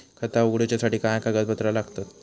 खाता उगडूच्यासाठी काय कागदपत्रा लागतत?